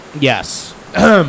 Yes